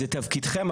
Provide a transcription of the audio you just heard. זה תפקידכם,